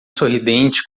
sorridente